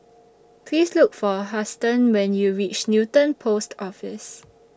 Please Look For Huston when YOU REACH Newton Post Office